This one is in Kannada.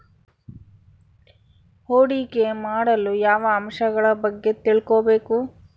ಹೂಡಿಕೆ ಮಾಡಲು ಯಾವ ಅಂಶಗಳ ಬಗ್ಗೆ ತಿಳ್ಕೊಬೇಕು?